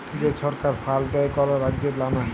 যে ছরকার ফাল্ড দেয় কল রাজ্যের লামে